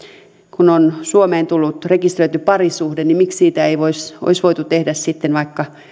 kun suomeen on tullut rekisteröity parisuhde niin miksi siitä ei olisi voitu tehdä sitten vaikka